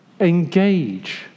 engage